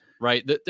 right